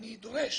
אני דורש